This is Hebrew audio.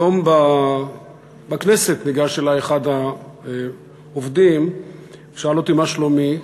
היום ניגש אלי בכנסת אחד העובדים ושאל אותי מה שלומי.